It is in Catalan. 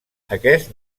aquest